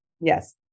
Yes